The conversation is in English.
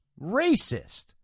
racist